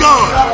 God